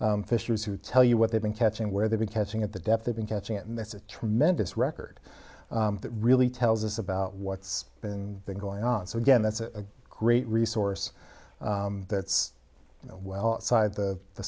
phishers who tell you what they've been catching where they've been catching at the depth they've been catching and that's a tremendous record that really tells us about what's been going on so again that's a great resource that's well side of the